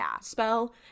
spell